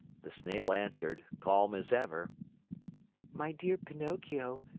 the snail answered, calm as ever my dear pinocchio,